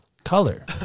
Color